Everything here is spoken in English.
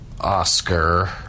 Oscar